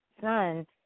son